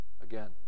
again